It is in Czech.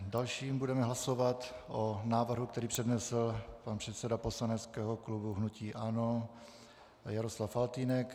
Dále budeme hlasovat o návrhu, který přednesl pan předseda poslaneckého klubu hnutí ANO Jaroslav Faltýnek.